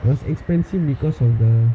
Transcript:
it was expensive because of the